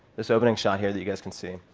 this opening shot here that you guys can see,